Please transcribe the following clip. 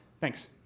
Thanks